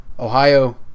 Ohio